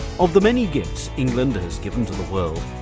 of the many gifts england has given to the world,